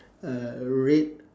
uh red